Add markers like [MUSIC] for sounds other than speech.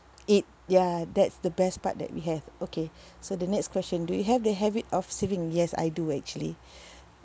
eat ya that's the best part that we have okay so the next question do you have the habit of saving yes I do actually [BREATH]